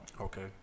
Okay